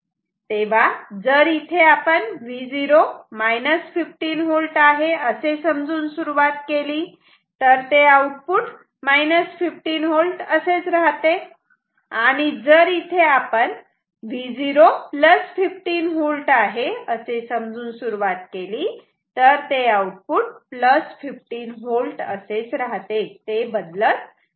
तेव्हा जर इथे आपण Vo 15V आहे असे समजून सुरुवात केली तर ते आउटपुट 15V असेच राहते आणि जर इथे आपण Vo 15V आहे असे समजून सुरुवात केली तर ते आउटपुट 15V असेच राहते ते बदलत नाही